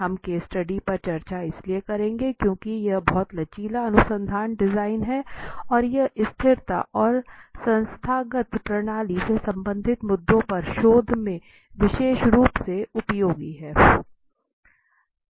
हम case study पर चर्चा इसलिए करेंगे क्योंकि यह बहुत लचीला अनुसंधान डिजाइन है और यह स्थिरता और संस्थागत प्रणाली से संबंधित मुद्दों पर शोध में विशेष रूप से उपयोगी है